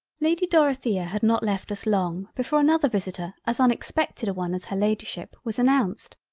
lady dorothea had not left us long before another visitor as unexpected a one as her ladyship, was announced.